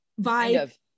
vibe